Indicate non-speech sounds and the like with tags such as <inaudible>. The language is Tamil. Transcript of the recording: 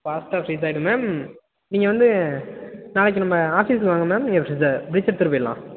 ஃபாஸ்ட்டாக ஃப்ரீஸ் ஆயிவிடும் மேம் நீங்கள் வந்து நாளைக்கு நம்ப ஆஃபீஸ்க்கு வாங்க மேம் நீங்கள் பிரிட்ஜை <unintelligible> எடுத்துகிட்டு போயிவிடலாம்